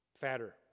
Fatter